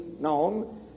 known